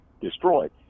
destroyed